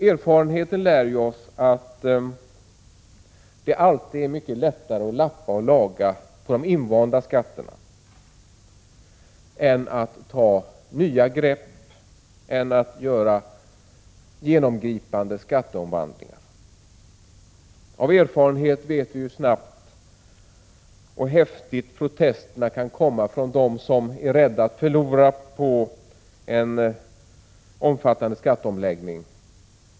Erfarenheten lär oss att det alltid är mycket lättare att lappa och laga de invanda skatterna än att ta nya grepp och göra genomgripande skatteomvandlingar. Av erfarenhet vet vi hur snabbt och häftigt protesterna kan komma från dem som är rädda att förlora på en omfattande skatteomläggning.